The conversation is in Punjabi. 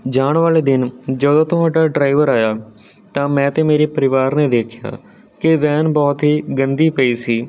ਜਾਣ ਵਾਲੇ ਦਿਨ ਜਦੋਂ ਤੁਹਾਡਾ ਡਰਾਈਵਰ ਆਇਆ ਤਾਂ ਮੈਂ ਅਤੇ ਮੇਰੇ ਪਰਿਵਾਰ ਨੇ ਦੇਖਿਆ ਕਿ ਵੈਨ ਬਹੁਤ ਹੀ ਗੰਦੀ ਪਈ ਸੀ